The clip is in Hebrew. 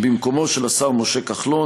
במקום השר משה כחלון,